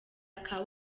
aka